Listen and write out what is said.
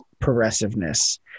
progressiveness